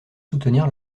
soutenir